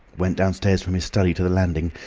went downstairs from his study to the landing,